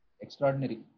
extraordinary